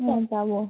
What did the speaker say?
হুম যাব